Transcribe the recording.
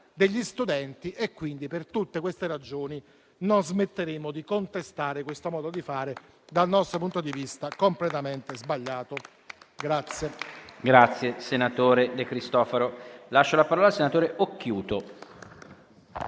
degli studenti. Per tutte queste ragioni, non smetteremo di contestare questo modo di fare che, dal nostro punto di vista, è completamente sbagliato.